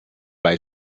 bij